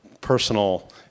personal